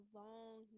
long